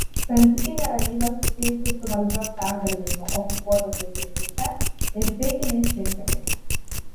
santykinė ramybė susijusi su valdžios perdalijimu okupuotose srityse ir feikiniais rinkimais